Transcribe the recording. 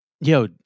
yo